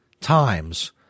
times